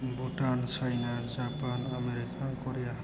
Bhutan China Japan America Korea